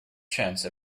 chance